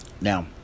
Now